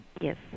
Yes